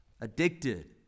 addicted